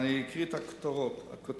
אני אקריא את הכותרת.